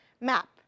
map